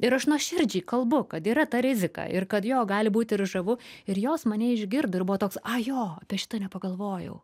ir aš nuoširdžiai kalbu kad yra ta rizika ir kad jo gali būti ir žavu ir jos mane išgirdo ir buvo toks jo apie šitą nepagalvojau